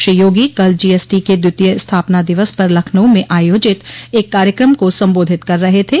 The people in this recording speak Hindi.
श्री योगी कल जीएसटी के द्वितीय स्थापना दिवस पर लखनऊ में आयोजित एक कार्यकम को सम्बोधित कर रहे थे